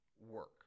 work